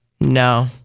No